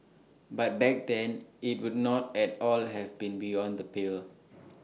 but back then IT would not at all have been beyond the pale